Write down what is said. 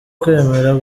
kwemera